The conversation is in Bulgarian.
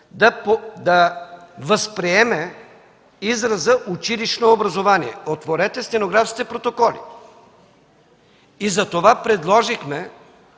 да възприеме израза „училищно образование”. Отворете стенографските протоколи! Затова предложихме